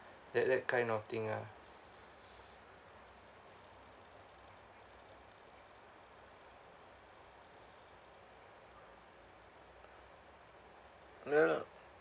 that that kind of thing ah I don't know